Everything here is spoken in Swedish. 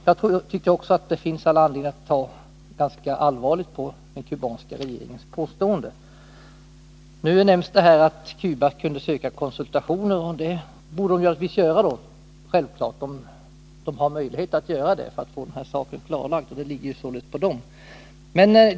Jag tycker också att det finns all anledning att ta ganska allvarligt på den kubanska regeringens påstående. Det nämns i svaret att Cuba kan begära konsultationer. Självfallet borde man då göra det, om man nu har möjlighet att få den här saken klarlagd, och det tillkommer Cuba att ta ställning till detta.